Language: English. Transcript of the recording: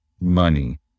money